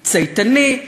צייתני,